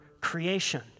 creation